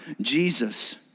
Jesus